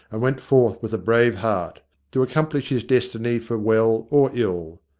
and went forth with a brave heart to accomplish his destiny for well or ill,